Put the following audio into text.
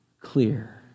clear